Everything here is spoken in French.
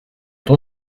ton